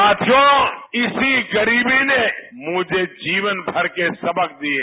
साथियों इसी गरीबी ने मुझे जीवन भर के सबक दिये